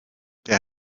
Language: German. der